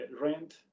rent